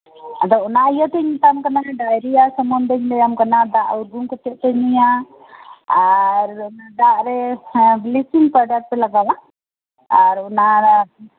ᱟᱫᱚ ᱚᱱᱟ ᱤᱭᱟᱹᱛᱮᱧ ᱢᱮᱛᱟᱢ ᱠᱟᱱᱟ ᱰᱟᱭᱨᱤᱭᱟ ᱥᱚᱢᱚᱱᱫᱷᱮ ᱛᱤᱧ ᱞᱟᱹᱭ ᱟᱢ ᱠᱟᱱᱟ ᱫᱟᱜ ᱩᱨᱜᱩᱢ ᱠᱟᱛᱮᱫ ᱜᱮᱯᱮ ᱧᱩᱭᱟ ᱟᱨ ᱫᱟᱜ ᱨᱮ ᱵᱞᱤᱪᱤᱝ ᱯᱟᱣᱰᱟᱨ ᱯᱮ ᱞᱟᱜᱟᱣᱟ ᱟᱨ